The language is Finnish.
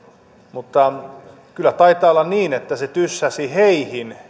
mutta kyllä taitaa olla niin että se tyssäsi heihin